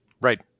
Right